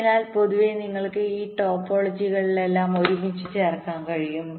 അതിനാൽ പൊതുവേ നിങ്ങൾക്ക് ഈ ടോപ്പോളജികളെല്ലാം ഒരുമിച്ച് ചേർക്കാൻ കഴിയും